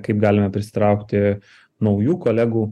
kaip galime prisitraukti naujų kolegų